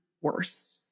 worse